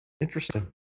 interesting